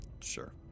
Sure